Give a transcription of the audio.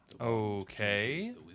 Okay